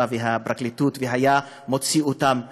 והפרקליטות והיה מוציא אותם לחופשי.